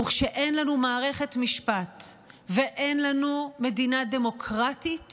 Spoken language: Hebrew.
וכשאין לנו מערכת משפט ואין לנו מדינה דמוקרטית,